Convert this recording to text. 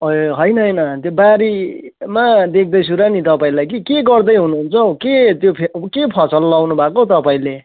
ए होइन होइन त्यो बारीमा देख्दैछु र नि तपाईँलाई कि के गर्दै हुनुहुन्छ हौ के त्यो फे के फसल लाउनु भएको हौ तपाईँले